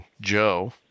Joe